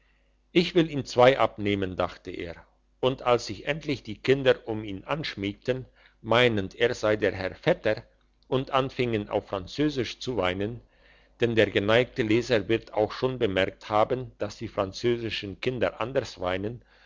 ich will ihm zwei abnehmen dachte er und als sich endlich die kinder um ihn anschmiegten meinend er sei der herr vetter und anfingen auf französisch zu weinen denn der geneigte leser wird auch schon bemerkt haben dass die französischen kinder anders weinen